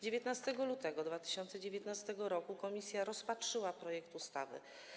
19 lutego 2019 r. komisja rozpatrzyła projekt ustawy.